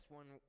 one